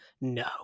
No